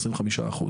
שזה 25 אחוזים.